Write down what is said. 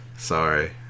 Sorry